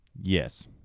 Yes